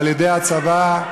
מה,